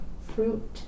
fruit